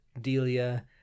Delia